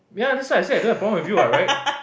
ya that's why I say I don't have problem with you what right